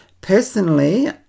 Personally